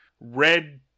red